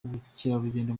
ubukerarugendo